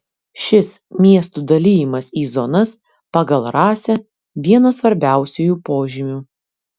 šis miestų dalijimas į zonas pagal rasę vienas svarbiausiųjų požymių